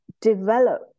develop